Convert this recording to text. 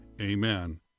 Amen